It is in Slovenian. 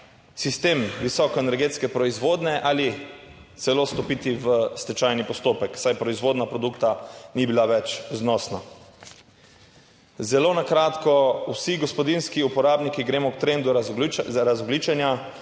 sistem visoko energetske proizvodnje ali celo stopiti v stečajni postopek, saj proizvodnja produkta ni bila več znosna. Zelo na kratko, vsi gospodinjski uporabniki gremo k trendu razogljičenja,